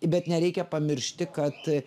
bet nereikia pamiršti kad